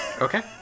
Okay